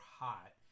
hot